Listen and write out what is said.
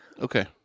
Okay